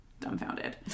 dumbfounded